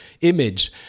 image